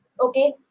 Okay